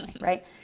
Right